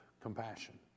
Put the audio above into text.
compassion